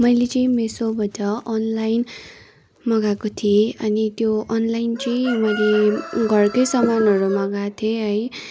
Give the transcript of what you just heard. मैले चाहिँ मेसोबाट अनलाइन मगाएको थिएँ अनि त्यो अनलाइन चाहिँ मैले घरकै सामानहरू मगाएको थिएँ है